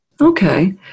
Okay